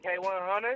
K100